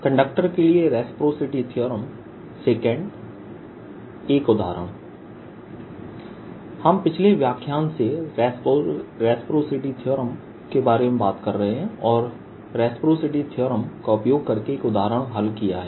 conductor के लिए reciprocity theorem I एक उदाहरण हम पिछले व्याख्यान से रेसप्रासिटी थीअरम के बारे में बात कर रहे हैं और रेसप्रासिटी थीअरम का उपयोग करके एक उदाहरण हल किया है